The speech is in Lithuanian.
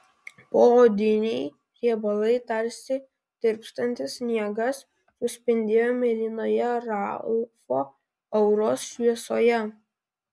poodiniai riebalai tarsi tirpstantis sniegas suspindėjo mėlynoje ralfo auros šviesoje